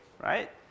right